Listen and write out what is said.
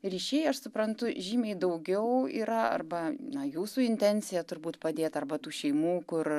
ryšiai aš suprantu žymiai daugiau yra arba na jūsų intencija turbūt padėt arba tų šeimų kur